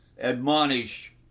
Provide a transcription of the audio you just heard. admonish